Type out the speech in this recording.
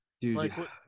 Dude